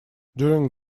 during